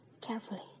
carefully